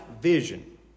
vision